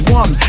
one